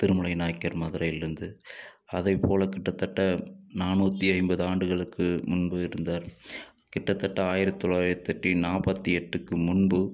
திருமலை நாயக்கர் மதுரைலேருந்து அதைப் போல கிட்டத்தட்ட நானூற்றி ஐம்பது ஆண்டுகளுக்கு முன்பு இருந்தார் கிட்டத்தட்ட ஆயிரத் தொள்ளாயிரத்தெட்டின் நாற்பத்தி எட்டுக்கு முன்பு